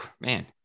man